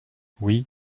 oui